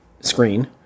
screen